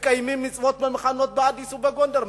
מקיימים מצוות במחנות באדיס ובגונדר,